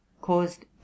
caused